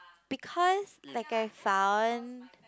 because like I found